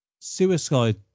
Suicide